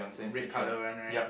red colour one right